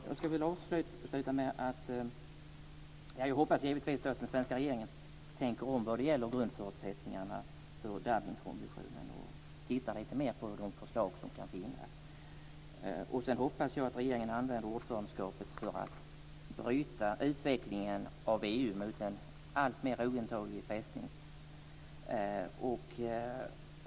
Jag ska avsluta med att säga att jag givetvis hade hoppats att den svenska regeringen tänker om vad gäller grundförutsättningarna för Dublinkonventionen och tittar lite mer på de förslag som kan finnas. Sedan hoppas jag att regeringen använder ordförandeskapet för att bryta en utveckling av EU mot en alltmer ointaglig fästning.